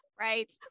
Right